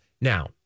Now